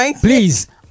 please